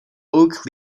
oak